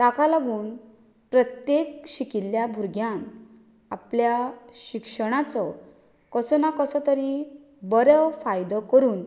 ताका लागून प्रत्येक शिकिल्ल्या भुरग्यांक आपल्या शिक्षणाचो कसो ना कसो तरी बरो फायदो करून